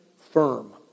firm